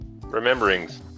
Rememberings